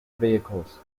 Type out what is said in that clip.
vehicles